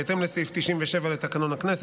בהתאם לסעיף 97 לתקנון הכנסת,